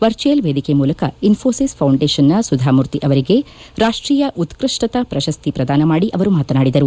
virtual ವೇದಿಕೆ ಮೂಲಕ ಇನ್ವೋಸಿಸ್ ಫೌಂಡೇಶನ್ನ ಸುಧಾಮೂರ್ತಿ ಅವರಿಗೆ ರಾಷ್ಟೀಯ ಉತ್ಕಷ್ಟತಾ ಪ್ರಶಸ್ತಿ ಪ್ರದಾನ ಮಾಡಿ ಅವರು ಮಾತನಾಡಿದರು